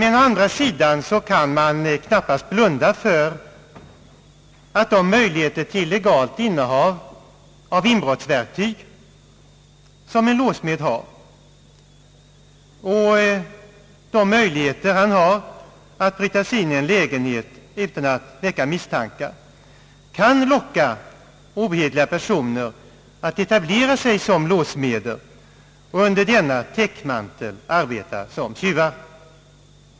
Men å andra sidan kan man knappast blunda för att de möjligheter till legalt innehav av inbrottsverktyg som en låssmed har och de möjligheter han har att bryta sig in i en lägenhet utan att väcka misstankar kan locka ohederliga personer att etablera sig som låssmeder och under denna täckmantel arbeta som tjuvar.